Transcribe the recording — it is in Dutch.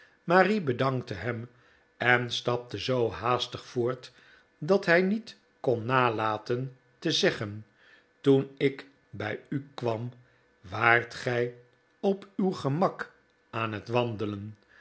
marie bedankte hem en stapte zoo haastig voort dat hij niet kon nalaten te zeggen toen ik bij u kwam waart gij op uw gemak aan het wandelen